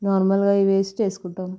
నార్మల్గా ఇవి వేసి చేసుకుంటాం